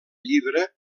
llibre